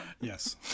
Yes